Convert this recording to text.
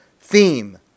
theme